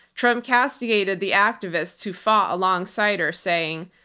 trump castigated the activists who fought alongside her, saying,